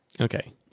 Okay